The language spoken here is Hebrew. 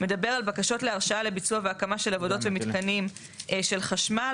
מדבר על בקשות להרשאה לביצוע והקמה של עבודות ומתקנים של חשמל,